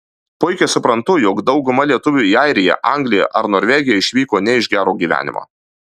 puikiai suprantu jog dauguma lietuvių į airiją angliją ar norvegiją išvyko ne iš gero gyvenimo